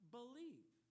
believe